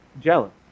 jealous